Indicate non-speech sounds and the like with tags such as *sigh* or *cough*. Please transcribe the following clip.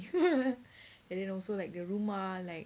*laughs* and then also like the rumah like